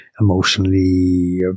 emotionally